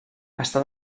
està